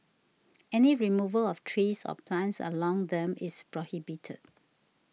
any removal of trees or plants along them is prohibited